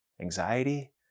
anxiety